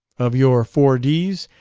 of your four d s,